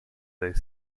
they